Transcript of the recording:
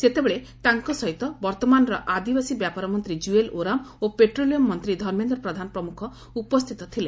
ସେତେବେଳେ ତାଙ୍କ ସହିତ ବର୍ଉମାନର ଆଦିବାସୀ ବ୍ୟାପାର ମନ୍ତୀ କୁଏଲ୍ ଓରାମ ଓ ପେଟ୍ରୋଲିୟମ୍ ମନ୍ତୀ ଧର୍ମେନ୍ଦ ପ୍ରଧାନ ପ୍ରମୁଖ ଉପସ୍ଥିତ ଥିଲେ